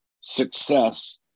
success